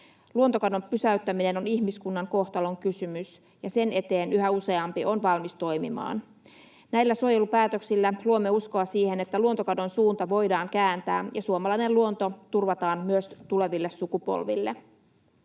Luontokadon pysäyttäminen on ihmiskunnan kohtalonkysymys, ja sen eteen yhä useampi on valmis toimimaan. Näillä suojelupäätöksillä luomme uskoa siihen, että luontokadon suunta voidaan kääntää ja suomalainen luonto turvataan myös tuleville sukupolville.